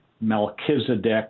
Melchizedek